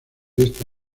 esta